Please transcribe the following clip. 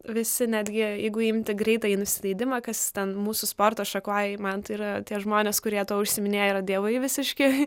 visi netgi jeigu imti greitąjį nusileidimą kas ten mūsų sporto šakoje man tai yra tie žmonės kurie tuo užsiiminėja yra dievai visiški